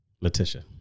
Letitia